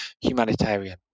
humanitarian